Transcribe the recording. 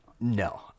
No